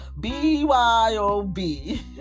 B-Y-O-B